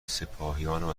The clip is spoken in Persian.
سپاهیانم